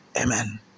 Amen